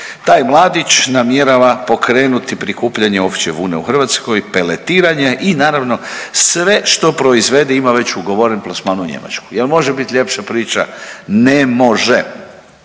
Taj mladić namjerava pokrenuti prikupljanje ovčje vune u Hrvatskoj, peletiranje i naravno sve što proizvode ima već ugovoren plasman u Njemačkoj. Jel može bit ljepša priča? Ne mo-že.